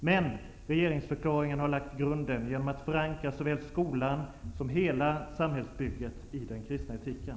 Men regeringsförklaringen har lagt grunden genom att förankra såväl skolan som hela samhällsbygget i den kristna etiken.